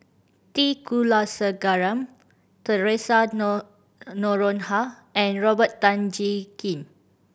T Kulasekaram Theresa Noronha and Robert Tan Jee Keng